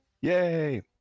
Yay